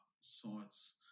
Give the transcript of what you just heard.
sites